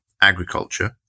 agriculture